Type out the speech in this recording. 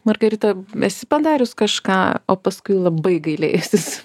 margarita esi padarius kažką o paskui labai gailėjusis